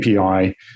API